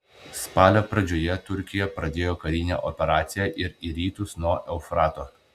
spalio pradžioje turkija pradėjo karinę operaciją ir į rytus nuo eufrato